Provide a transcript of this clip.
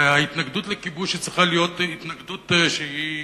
ההתנגדות לכיבוש צריכה להיות התנגדות שהיא